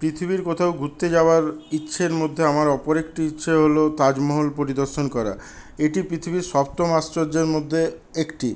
পৃথিবীর কোথাও ঘুরতে যাওয়ার ইচ্ছের মধ্যে আমার অপর একটি ইচ্ছে হল তাজমহল পরিদর্শন করা এটি পৃথিবীর সপ্তম আশ্চর্যের মধ্যে একটি